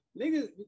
Niggas